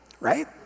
Right